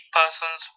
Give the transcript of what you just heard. persons